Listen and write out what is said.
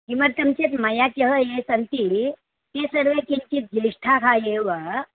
किमर्थं चेत् मया क्यः ये सन्ति ते सर्वे किञ्चित् ज्येष्ठाः एव